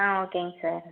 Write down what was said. ஆ ஓகேங்க சார்